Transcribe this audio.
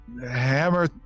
hammer